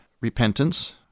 repentance